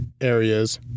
areas